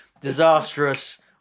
disastrous